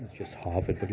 just harvard. but